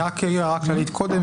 אני רק אעיר הערה כללית קודם.